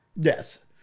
Yes